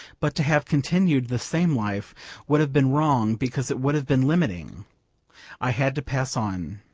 but to have continued the same life would have been wrong because it would have been limiting i had to pass on.